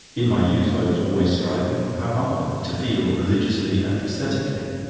in my youth i was always striving how hard to feel religiously and aesthetically.